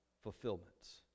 fulfillments